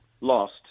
lost